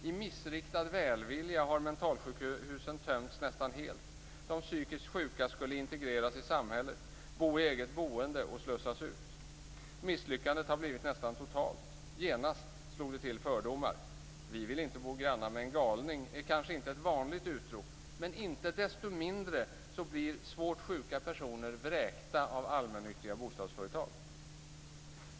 I missriktad välvilja har mentalsjukhusen tömts nästan helt. De psykiskt sjuka skulle integreras i samhället, bo i eget boende och slussas ut. Misslyckandet har blivit nästan totalt. Genast slog fördomarna till. Vi vill inte bo grannar med en galning, är kanske inte ett vanligt utrop. Men inte desto mindre blir svårt sjuka personer vräkta av allmännyttiga bostadsföretag.